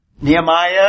Nehemiah